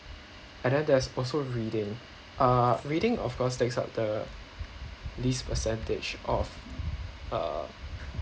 and then there's also reading uh reading of course takes up the least percentage of uh